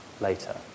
later